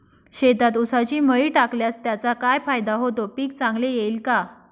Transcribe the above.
शेतात ऊसाची मळी टाकल्यास त्याचा काय फायदा होतो, पीक चांगले येईल का?